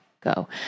go